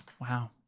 wow